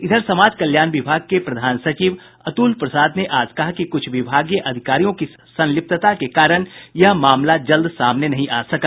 इधर समाज कल्याण विभाग के प्रधान सचिव अतुल प्रसाद ने आज कहा कि कुछ विभागीय अधिकारियों की संलिप्तता के कारण यह मामला जल्द सामने नहीं आ सका